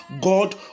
God